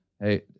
hey